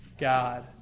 God